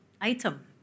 item